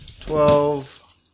Twelve